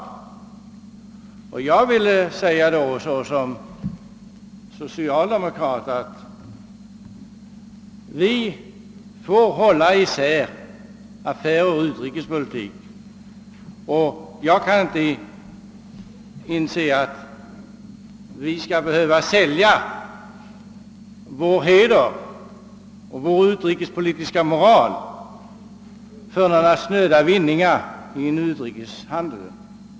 Som socialdemokrat vill jag säga att vi skall hålla isär affärer och utrikespolitik. Jag kan inte inse att vi skall behöva sälja vår heder och vår utrikespolitiska moral för den snöda vinning vi kan få av sådan utrikeshandel.